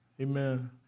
Amen